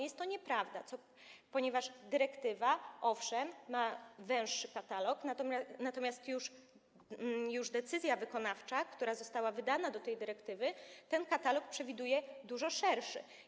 Jest to nieprawda, ponieważ dyrektywa, owszem, ma węższy katalog, natomiast już decyzja wykonawcza, która została wydana do tej dyrektywy, ten katalog przewiduje dużo szerszy.